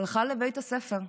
הלכה לבית הספר,